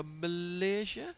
Malaysia